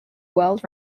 world